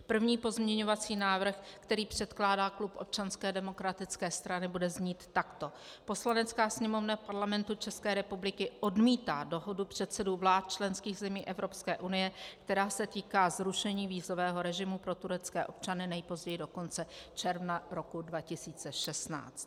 První pozměňovací návrh, který předkládá klub Občanské demokratické strany, bude znít takto: Poslanecká sněmovna Parlamentu České republiky odmítá dohodu předsedů vlád členských zemí Evropské unie, která se týká zrušení vízového režimu pro turecké občany nejpozději do konce června roku 2016.